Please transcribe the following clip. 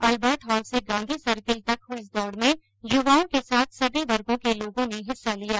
Albert Hall से Gandhi Circle तक हई इस दौड़ में युवाओं के साथ सभी वर्गों के लोगों ने हिस्सा लिया